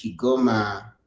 Kigoma